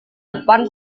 depan